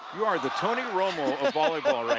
you are the tony romo of volleyball